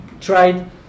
tried